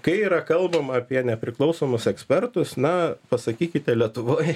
kai yra kalbama apie nepriklausomus ekspertus na pasakykite lietuvoj